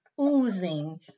oozing